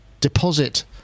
deposit